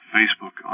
Facebook